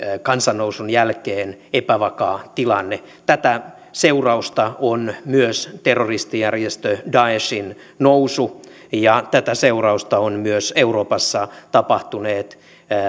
kansannousun jälkeen epävakaa tilanne tätä seurausta on myös terroristijärjestö daeshin nousu ja tätä seurausta ovat myös euroopassa tapahtuneet